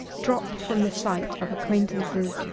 drop from the sight of acquaintances,